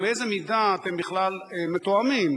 ובאיזו מידה אתם בכלל מתואמים.